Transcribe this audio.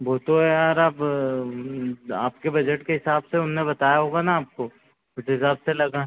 वो तो यार अब आपके बजट के हिसाब से उनने बताया होगा ना आपको उस हिसाब से लगा